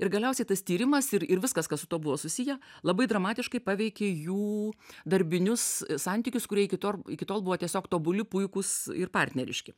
ir galiausiai tas tyrimas ir ir viskas kas su tuo buvo susiję labai dramatiškai paveikė jų darbinius santykius kurie iki tor iki tol buvo tiesiog tobuli puikūs ir partneriški